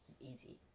easy